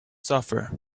suffer